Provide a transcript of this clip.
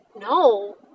no